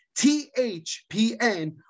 THPN